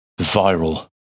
viral